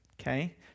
Okay